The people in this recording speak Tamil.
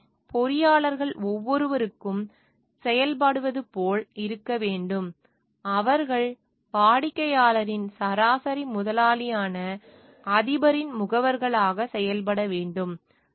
எனவே பொறியாளர்கள் ஒவ்வொருவருக்கும் செயல்படுவது போல இருக்க வேண்டும் அவர்கள் வாடிக்கையாளரின் சராசரி முதலாளியான அதிபரின் முகவர்களாக செயல்பட வேண்டும்